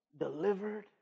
delivered